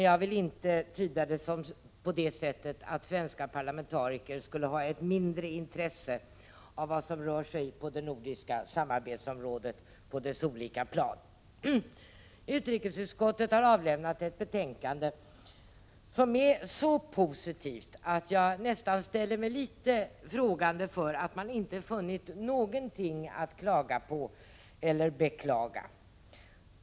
Jag vill inte tyda det så att svenska parlamentariker skulle ha ett mindre intresse av vad som rör sig på det nordiska samarbetsområdets olika plan. Utrikesutskottet har avgivit ett betänkande, som är så positivt att jag nästan ställer mig lite frågande inför att man inte har funnit någonting att klaga på eller beklaga.